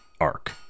arc